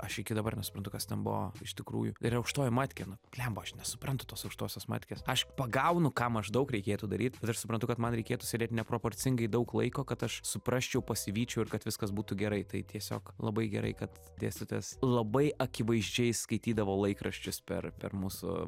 aš iki dabar nesuprantu kas ten buvo iš tikrųjų ir aukštoji matkė nu blemba aš nesuprantu tos aukštosios matkės aš pagaunu ką maždaug reikėtų daryt bet aš suprantu kad man reikėtų sėdėt neproporcingai daug laiko kad aš suprasčiau pasivyčiau ir kad viskas būtų gerai tai tiesiog labai gerai kad dėstytojas labai akivaizdžiai skaitydavo laikraščius per per mūsų